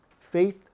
faith